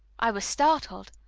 i was startled.